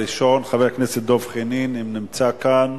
הראשון, חבר הכנסת דב חנין, אם נמצא כאן.